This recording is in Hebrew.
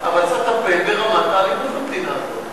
אבל צריך לטפל ברמת האלימות במדינה הזאת.